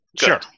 Sure